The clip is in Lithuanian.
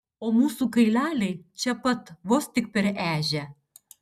o mūsų kaileliai čia pat vos tik per ežią